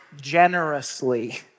generously